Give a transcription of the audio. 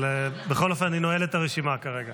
אבל בכל אופן אני נועל את הרשימה כרגע.